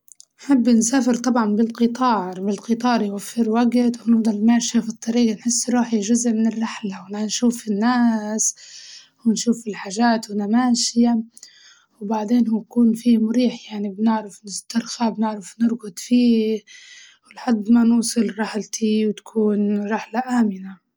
أحب نسافر طبعاً بالقطار، بالقطار يوفر وقت ونضل ماشية في الطريق نحس روحي جزء من الرحلة ونشوف الناس ونشوف الحاجات وأنا ماشية، وبعدين هو يكون فيه مريح يعني بنعرف نسترخى بنعرف نرقد فيه لحد ما نوصل رحلتي وتكون رحلة آمنة.